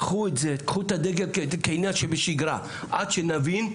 קחו את זה, קחו את הדגל כעניין שבשגרה עד שנבין,